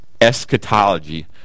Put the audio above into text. eschatology